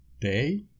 Day